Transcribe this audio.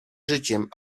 życiem